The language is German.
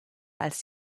als